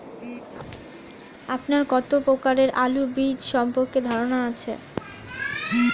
আপনার কত প্রকারের আলু বীজ সম্পর্কে ধারনা আছে?